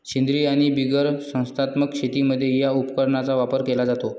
सेंद्रीय आणि बिगर संस्थात्मक शेतीमध्ये या उपकरणाचा वापर केला जातो